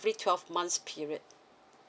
twelve months period